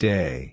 Day